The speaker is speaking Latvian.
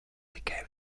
tikai